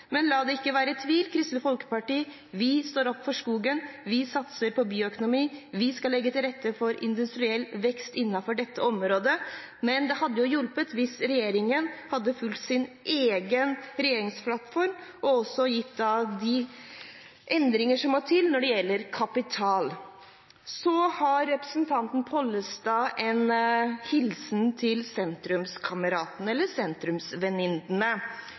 Men la det ikke være tvil: Kristelig Folkeparti står på for skogen, vi satser på bioøkonomi, vi skal legge til rette for industriell vekst innenfor dette området. Men det hadde jo hjulpet hvis regjeringen hadde fulgt sin egen regjeringsplattform og også bidratt med de endringer som må til når det gjelder kapital. Så har representanten Pollestad en hilsen til sentrumskameratene – eller sentrumsvenninnene.